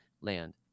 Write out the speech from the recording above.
land